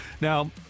Now